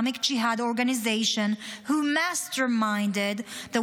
Jihad Organization who masterminded the